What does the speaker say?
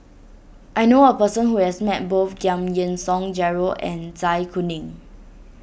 I knew a person who has met both Giam Yean Song Gerald and Zai Kuning